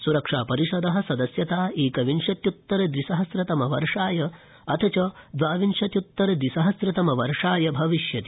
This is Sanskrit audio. सुरक्षा परिषद सदस्यता एकविंशत्युत्तर द्वि सहस्रतम वर्षाय अथ च द्वाविंशत्युत्तर द्वि सहस्रतम वर्षाय भविष्यति